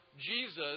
Jesus